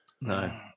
no